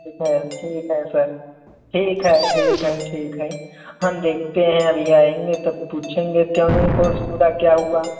ठीक है ठीक है सर ठीक है ठीक है ठीक है हम देखते हैं अभी आएंगे तब पूछेंगे क्यों नहीं कोर्स पूरा क्या हुआ